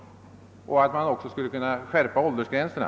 Vidare skulle man kanske kunna skärpa åldersgränserna.